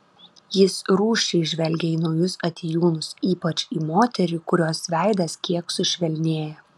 jis rūsčiai žvelgia į naujus atėjūnus ypač į moterį kurios veidas kiek sušvelnėja